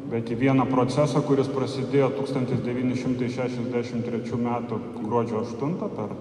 bet į vieną procesą kuris prasidėjo tūkstantis devyni šimtai šešiasdešim trečių metų gruodžio aštuntą per